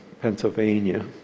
Pennsylvania